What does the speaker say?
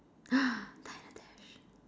diner dash